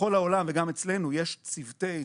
בכל העולם וגם אצלנו יש צוותי,